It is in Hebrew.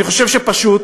אני חושב שפשוט,